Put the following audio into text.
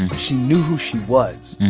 and she knew who she was